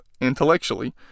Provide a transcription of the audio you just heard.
intellectually